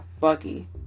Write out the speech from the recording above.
Bucky